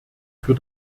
für